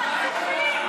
חצופים,